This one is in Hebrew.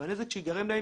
והנזק שייגרם להם,